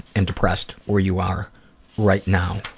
and depressed where you are right now.